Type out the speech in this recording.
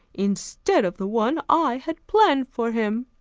instead of the one i had planned for him.